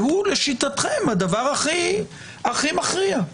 שהוא לשיטתכם הדבר הכי מכריע?